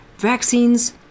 Vaccines